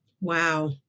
Wow